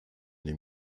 dem